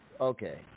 okay